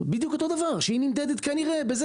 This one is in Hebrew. בדיוק אותו דבר כנראה שהיא נמדדת בזה